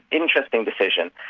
interesting decision.